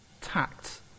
tact